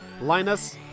Linus